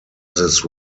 this